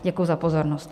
Děkuji za pozornost.